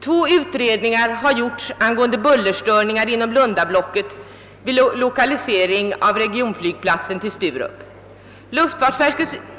Två utredningar har gjorts angående bullerstörningar inom lundablocket vid lokalisering av regionflygplatsen till Sturup.